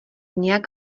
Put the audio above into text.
nějak